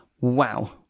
wow